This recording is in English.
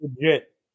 Legit